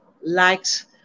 likes